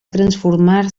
transformar